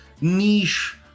niche